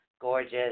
Gorgeous